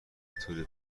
طول